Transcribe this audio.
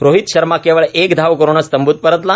रोहित षर्मा केवळ एक धाव करूनच तंबूत परतला